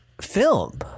film